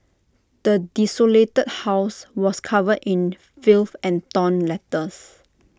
the desolated house was covered in filth and torn letters